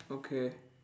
okay